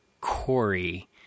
Corey